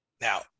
Now